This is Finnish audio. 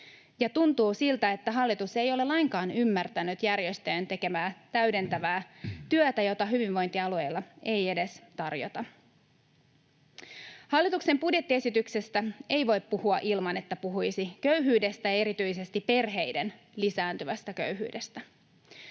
tuntuu siltä, että hallitus ei ole lainkaan ymmärtänyt järjestöjen tekemää täydentävää työtä, jota hyvinvointialueilla ei edes tarjota. Hallituksen budjettiesityksestä ei voi puhua ilman, että puhuisi köyhyydestä ja erityisesti perheiden lisääntyvästä köyhyydestä.